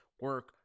Work